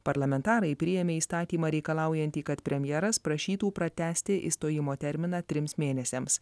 parlamentarai priėmė įstatymą reikalaujantį kad premjeras prašytų pratęsti išstojimo terminą trims mėnesiams